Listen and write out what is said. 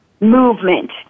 movement